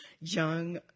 young